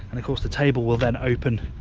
and of course the table will then open